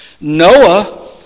Noah